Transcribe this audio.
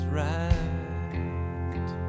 right